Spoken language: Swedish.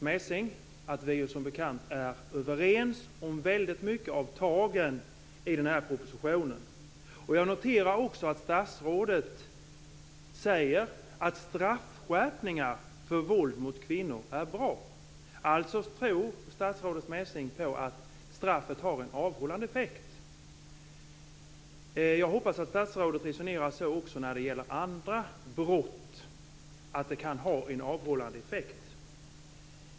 Herr talman! Jag skulle vilja inleda min replik till statsrådet Messing med att säga att vi som bekant är överens om mycket av tagen i den här propositionen. Jag noterar också att statsrådet säger att straffskärpningar för våld mot kvinnor är bra. Alltså tror statsrådet Messing på att straffet har en avhållande effekt. Jag hoppas att statsrådet resonerar så också när det gäller andra brott, dvs. att det kan ha en avhållande effekt.